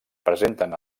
presenten